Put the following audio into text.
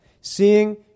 seeing